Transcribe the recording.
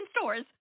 stores